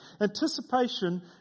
Anticipation